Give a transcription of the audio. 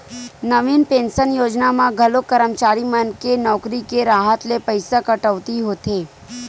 नवीन pension योजना म घलो करमचारी मन के नउकरी के राहत ले पइसा कटउती होथे